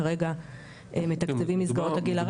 כרגע מתקצבים מסגרות לגיל הרך.